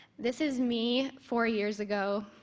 this is me four years ago.